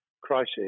crisis